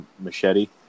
Machete